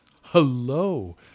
Hello